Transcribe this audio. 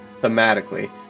Thematically